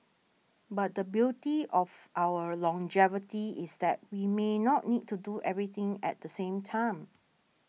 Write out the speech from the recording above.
but the beauty of our longevity is that we may not need to do everything at the same time